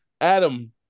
Adam